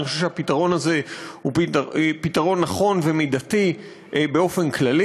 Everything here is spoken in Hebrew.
אני חושב שהפתרון הזה הוא פתרון נכון ומידתי באופן כללי.